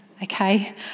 Okay